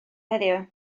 heddiw